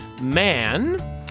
man